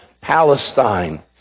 Palestine